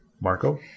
Marco